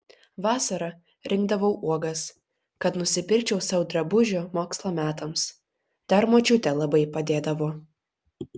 vasara rinkdavau uogas kad nusipirkčiau sau drabužių mokslo metams dar močiutė labai padėdavo